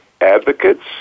Advocates